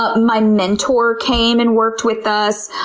but my mentor came and worked with us.